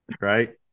right